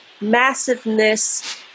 massiveness